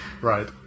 Right